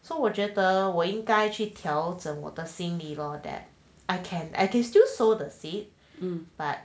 so 我觉得我应该去调整我的心里 loh that I can I can still sow the seed but